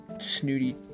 snooty